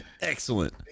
excellent